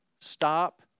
stop